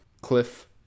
Cliff